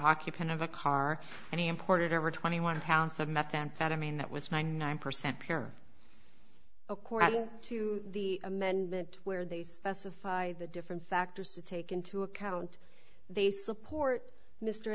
occupant of a car and he imported over twenty one pounds of methamphetamine that was ninety nine percent pure according to the amendment where they specify the different factors to take into account they support mr